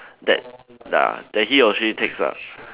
that ah that he or she takes lah